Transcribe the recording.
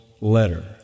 letter